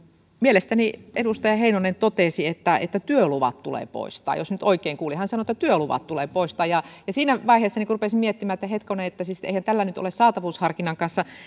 mielestäni edustaja heinonen totesi että että työluvat tulee poistaa jos nyt oikein kuulin hän sanoi että työluvat tulee poistaa siinä vaiheessa rupesin miettimään että hetkonen että siis eihän tällä nyt ole saatavuusharkinnan kanssa